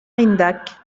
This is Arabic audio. عندك